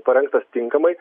parengtas tinkamai